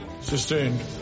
Sustained